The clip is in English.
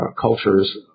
cultures